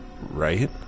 right